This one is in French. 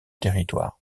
territoire